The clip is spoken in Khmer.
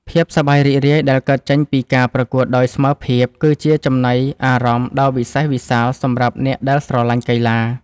ភាពសប្បាយរីករាយដែលកើតចេញពីការប្រកួតដោយស្មើភាព គឺជាចំណីអារម្មណ៍ដ៏វិសេសវិសាលសម្រាប់អ្នកដែលស្រឡាញ់កីឡា។